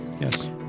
yes